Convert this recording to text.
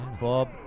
Bob